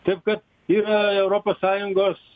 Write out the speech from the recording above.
taip ka yra europos sąjungos